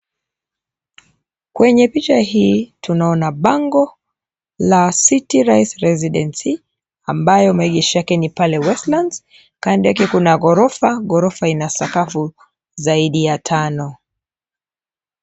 Kwenye picha hii tunaona bango la citi rise residency ambayo maegesho yake ni pale Westlands. Kando yake kuna ghorofa, ghorofa ina sakafu zaidi ya tano.